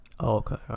okay